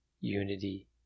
Unity